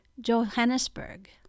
Johannesburg